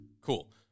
cool